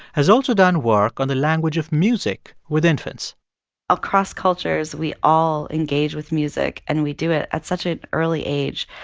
has also done work on the language of music with infants across cultures, we all engage with music, and we do it at such an early age,